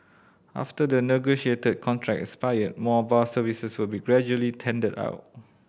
after the negotiated contracts expire more bus services will be gradually tendered out